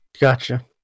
Gotcha